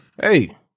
Hey